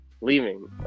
leaving